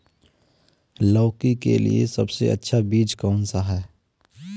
लौकी के लिए सबसे अच्छा बीज कौन सा है?